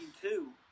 two